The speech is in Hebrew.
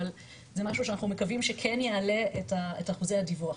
זה משהו שאנחנו מקווים שכן יעלה את אחוזי הדיווח,